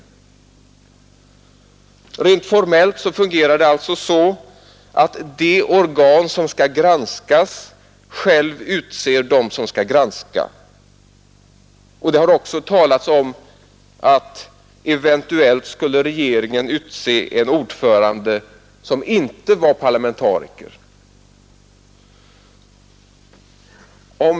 Rent formellt fungerar det alltså så, att det organ som skall granskas självt utser dem som skall granska. Det har också talats om att regeringen skulle utse en ordförande som inte var parlamentariker.